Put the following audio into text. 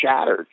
shattered